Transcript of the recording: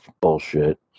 bullshit